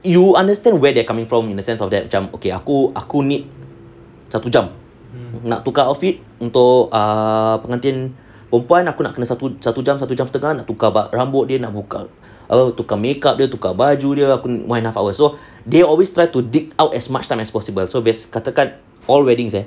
you understand where they're coming from in a sense of that macam aku aku need satu jam nak tukar outfit untuk err pengantin perempuan nak kena satu jam satu jam setengah tukar rambut dia nak buka nak tukar makeup dia tukar baju dia one and half hour so they always try to dig out as much time as possible so katakan all weddings eh